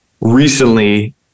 recently